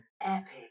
Epic